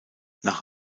nach